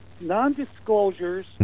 non-disclosures